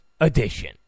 edition